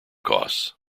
costs